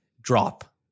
drop